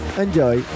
enjoy